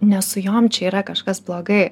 ne su jom čia yra kažkas blogai